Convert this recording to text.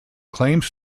claims